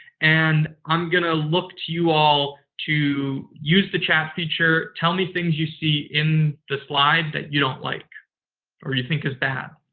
and i'm going to look to you all to use the chat feature, tell me things you see in the slides that you don't like or you think is bad.